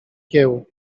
kieł